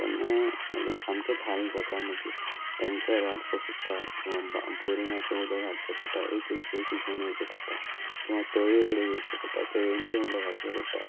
तेन्ना मागीर सामकेंच हाल जाता मागीर टँकर हाडचो पडटा किंवा बोरिंगाचें उदक हाडचें पडटा एक एक कशी घेवन येवचें पडटा किंवा तळये कडेन वयचें पडटा तळयंतलें उदक हाडचें पडटा